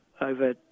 over